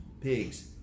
pigs